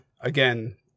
Again